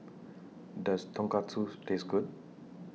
Does Tonkatsu Taste Good